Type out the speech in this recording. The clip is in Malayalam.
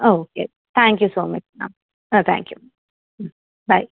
ആ okay thank you so much ma'am ah thank you by